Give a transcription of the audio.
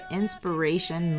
inspiration